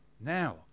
Now